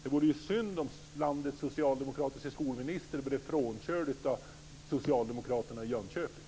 Det vore ju synd om landets socialdemokratiska skolminister blev frånkörd av socialdemokraterna i Jönköping.